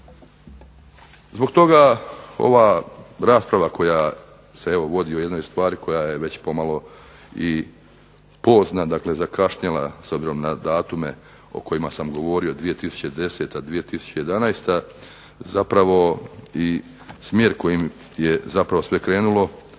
Zbog toga ova rasprava koja se vodi u jednoj stvari koja je već pomalo i pozna, dakle zakašnjela s obzirom na datume o kojima sam govorio, 2010., 2011., zapravo i smjer kojim je zapravo sve krenulo